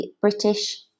British